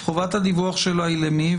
חובת הדיווח שלה היא למי?